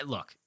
Look